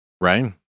Right